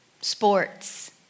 sports